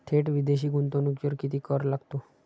थेट विदेशी गुंतवणुकीवर किती कर लागतो?